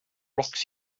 rocks